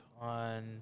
on